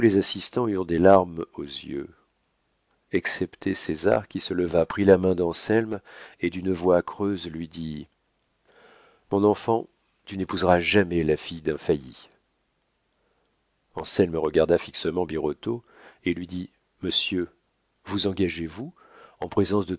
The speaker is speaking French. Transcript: assistants eurent des larmes aux yeux excepté césar qui se leva prit la main d'anselme et d'une voix creuse lui dit mon enfant tu n'épouseras jamais la fille d'un failli anselme regarda fixement birotteau et lui dit monsieur vous engagez-vous en présence de